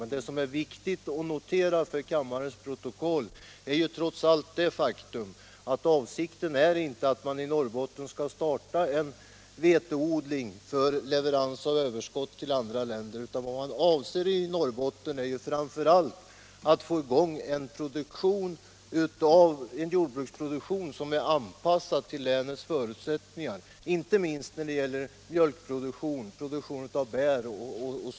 Men vad som är viktigt att notera till kammarens protokoll är trots allt det faktum, att avsikten är inte att man i Norrbotten skall starta veteodling för leverans av överskott till andra länder, utan det man avser i Norrbotten är framför allt att få i gång en jordbruksproduktion som är anpassad till länets förutsättningar, inte minst i vad gäller mjölkproduktion, produktion av bär o. d.